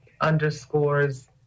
underscores